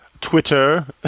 Twitter